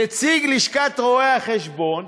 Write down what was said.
נציג לשכת רואי-החשבון,